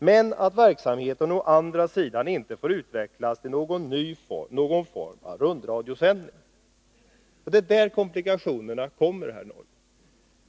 — ”men att verksamheten å andra sidan inte får utvecklas till någon form av rundradiosändning.” kommer, herr Norrby.